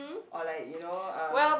or like you know um